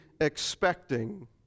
expecting